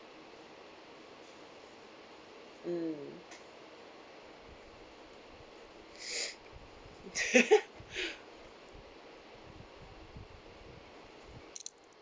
mm